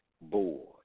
board